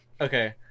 okay